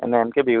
এনেসেনকৈ Bihu